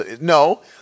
No